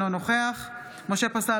אינו נוכח משה פסל,